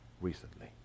recently